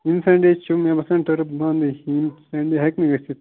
ییٚمہِ سنڈے چھُ مےٚ باسان بنٛد اسہِ یہِ ہٮ۪کہِ نہٕ گٔژھِتھ